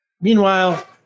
Meanwhile